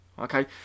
okay